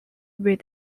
with